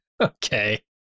okay